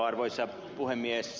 arvoisa puhemies